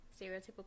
stereotypical